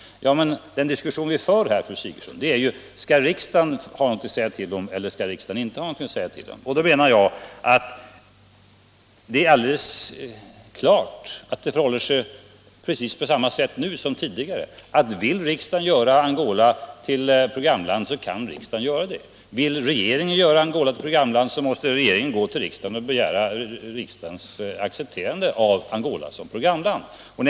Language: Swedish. Men den diskussion vi för här, fru Sigurdsen, är ju om riksdagen skall ha någonting att säga till om eller inte. Det förhåller sig på precis samma sätt nu som tidigare, nämligen att riksdagen om den vill göra Angola till ett programland också kan göra det. Vill regeringen göra Angola till ett programland, så måste regeringen gå till riksdagen och begära dess accepterande av det.